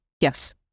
Yes